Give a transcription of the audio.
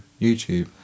YouTube